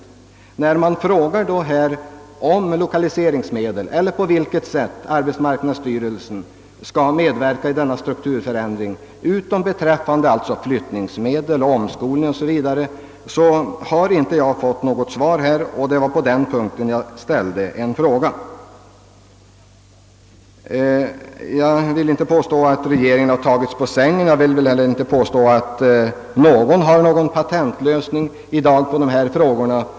Men när jag ställer en fråga om lokaliseringsmedlens användning och om det sätt, på vilket arbetsmarknadsstyrelsen skall medverka i denna strukturförändring utöver den bidragsgivning som sker till omflyttning, omskolning o. s. v., får jag inget svar. Jag vill inte påstå att regeringen tagits på sängen, och jag vill inte heller påstå att någon i dag har någon patentlösning på dessa frågor.